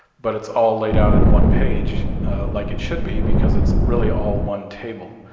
but it's all laid out in one page like it should be because it's really all one table.